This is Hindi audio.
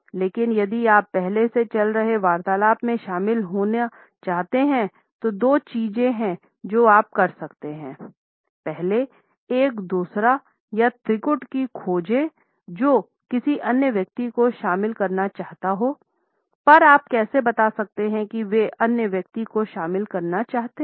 लेकिन यदि आप पहले से चल रही वार्तालाप में शामिल होना चाहते हैं तो दो चीजें हैं जो आप कर सकते हैं पहले एक दोसरा या त्रिगुट को खोजें जो किसी अन्य व्यक्ति को शामिल करना चाहता होपर आप कैसे बता सकते हैं कि वे अन्य व्यक्ति को शामिल करना चाहते हैं